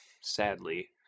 sadly